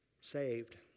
saved